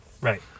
Right